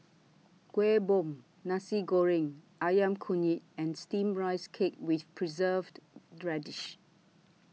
Kueh Bom Nasi Goreng Ayam Kunyit and Steamed Rice Cake with Preserved Radish